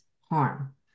harm